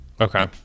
Okay